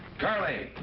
curly!